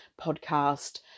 podcast